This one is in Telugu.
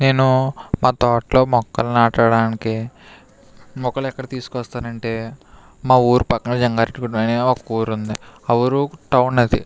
నేను మా తోటలో మొక్కలు నాటడానికి మొక్కలు ఎక్కడ తీసుకొస్తానంటే మా ఊరు పక్కన జంగారెడ్డి అనే ఒక ఊరు ఉంది ఆ ఊరు టౌన్ అది